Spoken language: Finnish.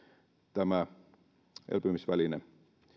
tämä elpymisväline